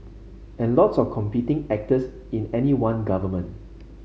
and lots of competing actors in any one government